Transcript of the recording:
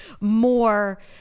more